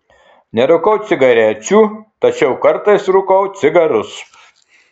nerūkau cigarečių tačiau kartais rūkau cigarus